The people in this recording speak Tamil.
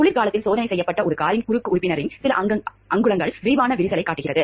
குளிர்காலத்தில் சோதனை செய்யப்பட்ட ஒரு காரின் குறுக்கு உறுப்பினரின் சில அங்குலங்கள் விரிவான விரிசலைக் காட்டியது